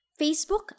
Facebook